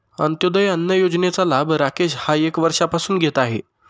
अंत्योदय अन्न योजनेचा लाभ राकेश हा एक वर्षापासून घेत आहे